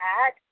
add